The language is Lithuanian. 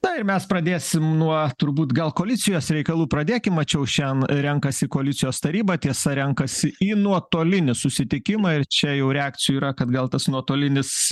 na ir mes pradėsim nuo turbūt gal koalicijos reikalų pradėkim mačiau šiandien renkasi koalicijos taryba tiesa renkasi į nuotolinį susitikimą ir čia jau reakcijų yra kad gal tas nuotolinis